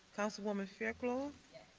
councilwoman fairclough.